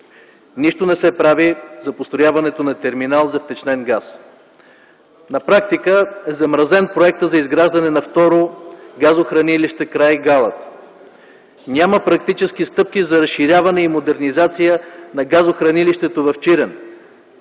Нищо не се прави за построяването на терминал за втечнен газ. На практика е замразен проектът за изграждане на второ газохранилище край Галата. Няма практически стъпки за разширяване и модернизация на газохранилището в Чирен,